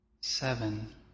seven